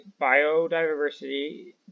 biodiversity